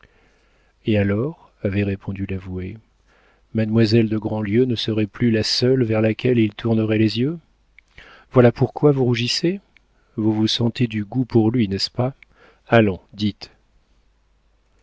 et alors avait répondu l'avoué mademoiselle grandlieu ne serait plus la seule vers laquelle il tournerait les yeux voilà pourquoi vous rougissez vous vous sentez du goût pour lui n'est-ce pas allons dites